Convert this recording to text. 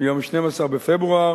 ביום 12 בפברואר,